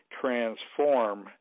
transform